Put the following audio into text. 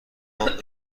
جواب